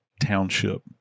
Township